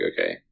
okay